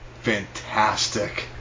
fantastic